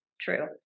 true